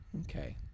Okay